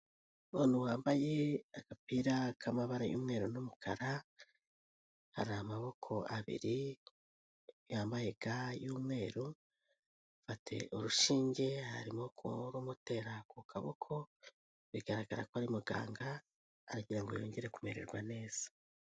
Abantu bambaye agapira k'amabara y'umweru n'umukara, hari amaboko abiri yambaye ga y'umweru, atera urushinge, arimo ku rumutera ku kaboko bigaragara ko ari muganga, aragirango yongere kumererwa neza.